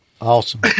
Awesome